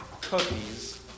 cookies